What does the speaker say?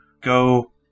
go